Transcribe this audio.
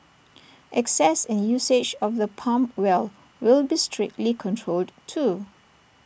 access and usage of the pump well will be strictly controlled too